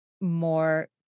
more